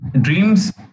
dreams